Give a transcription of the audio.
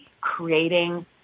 creating